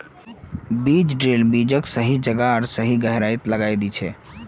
बीज ड्रिल बीजक सही जगह आर सही गहराईत लगैं दिछेक